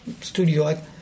studio